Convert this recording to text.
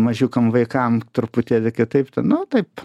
mažiukam vaikam truputėlį kitaip nu taip